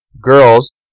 Girls